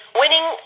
winning